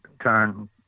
turn